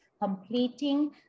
completing